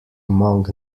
among